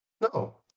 No